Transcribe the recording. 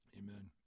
amen